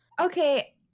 okay